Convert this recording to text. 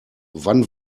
wann